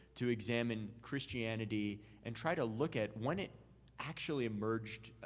to examine christianity and try to look at when it actually emerged,